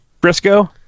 Briscoe